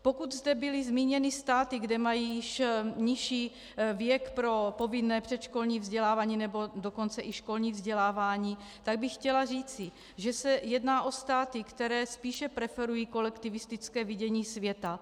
Pokud zde byly zmíněny státy, kde mají již nižší věk pro povinné předškolní vzdělávání, nebo dokonce i školní vzdělávání, tak bych chtěla říci, že se jedná o státy, které spíše preferují kolektivistické vidění světa.